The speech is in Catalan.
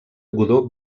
godó